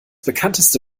bekannteste